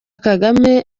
kagame